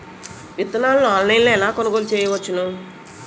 విత్తనాలను ఆన్లైన్లో ఎలా కొనుగోలు చేయవచ్చున?